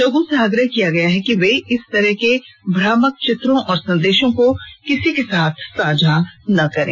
लोगों से आग्रह किया गया है कि वे इस तरह के भ्रामक चित्रों और संदेशों को किसी के साथ साझा न करें